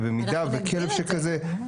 אנחנו נגדיר את זה.